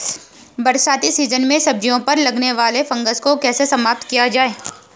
बरसाती सीजन में सब्जियों पर लगने वाले फंगस को कैसे समाप्त किया जाए?